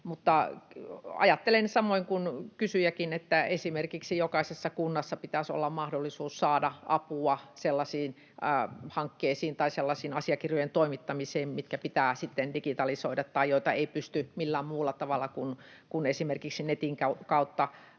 Ajattelen samoin kuin kysyjäkin, että esimerkiksi jokaisessa kunnassa pitäisi olla mahdollisuus saada apua sellaisiin hankkeisiin tai sellaisten asiakirjojen toimittamiseen, jotka pitää sitten digitalisoida tai joita ei pysty millään muulla tavalla kuin esimerkiksi netin kautta